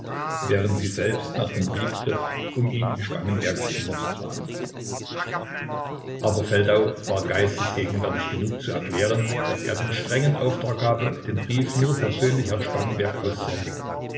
während sie selbst nach dem brief griff um ihn in spangenbergs zimmer zu tragen aber feldau war geistesgegenwärtig genug zu erklären daß er den strengen auftrag habe den brief nur persönlich herrn spangenberg